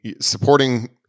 supporting